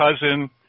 cousin